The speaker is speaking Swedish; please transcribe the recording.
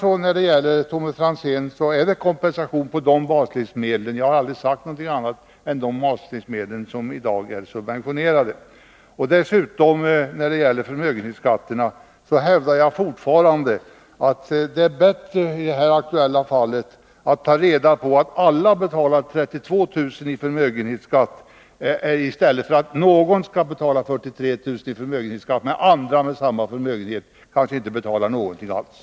När det gäller Tommy Franzén vill jag framhålla — och jag har aldrig sagt någonting annat — att det är fråga om kompensation på de baslivsmedel som i dag är subventionerade. I fråga om förmögenhetsskatten hävdar jag fortfarande att det i det aktuella fallet är bättre att se till att alla betalar 32 000 kr. i förmögenhetsskatt i stället för att någon skall betala 43 000 kr., medan andra med samma förmögenhet kanske inte betalar någonting alls.